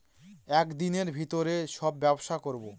এক দিনের ভিতরে সব ব্যবসা করবো